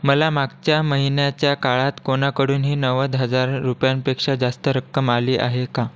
मला मागच्या महिन्याच्या काळात कोणाकडूनही नव्वद हजार रुपयांपेक्षा जास्त रक्कम आली आहे का